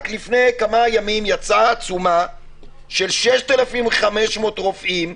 רק לפני כמה ימים יצאה עצומה של 6,500 רופאים,